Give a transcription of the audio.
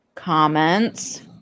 comments